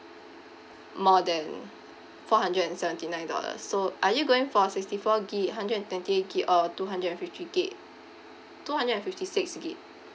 more than four hundred and seventy nine dollars so are you going for sixty four gig hundred and twenty eight gig or two hundred and fifty gig two hundred and fifty six gig